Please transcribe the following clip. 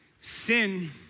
Sin